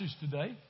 today